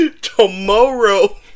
Tomorrow